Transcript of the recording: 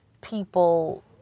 people